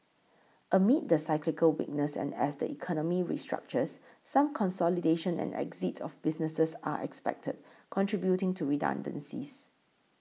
amid the cyclical weakness and as the economy restructures some consolidation and exit of businesses are expected contributing to redundancies